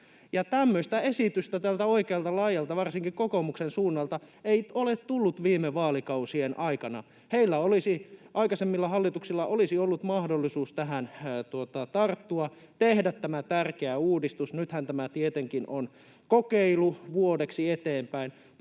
tämmöistä esitystä täältä oikealta laidalta varsinkin kokoomuksen suunnalta ei ole tullut viime vaalikausien aikana. Heillä, aikaisemmilla hallituksilla, olisi ollut mahdollisuus tähän tarttua, tehdä tämä tärkeä uudistus. Nythän tämä tietenkin on kokeilu vuodeksi eteenpäin,